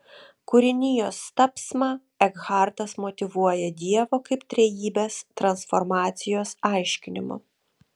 kūrinijos tapsmą ekhartas motyvuoja dievo kaip trejybės transformacijos aiškinimu